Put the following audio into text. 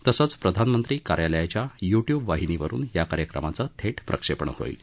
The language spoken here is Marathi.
तसंच प्रधानमंत्री कार्यालयाच्या युट्युब वाहिनीवरुन या कार्यक्रमाचं थेट प्रक्षेपण होईल